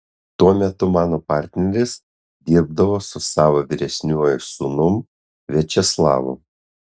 tuo metu mano partneris dirbdavo su savo vyresniuoju sūnum viačeslavu